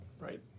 right